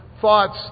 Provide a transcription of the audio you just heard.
thoughts